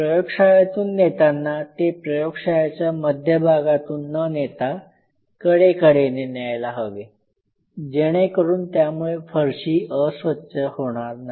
प्रयोगशाळेतून नेतांना ते प्रयोगशाळेच्या मध्यभागातून न नेता कडे कडेने न्यायला हवे जेणेकरून त्यामुळे फरशी अस्वच्छ होणार नाही